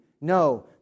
No